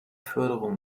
förderung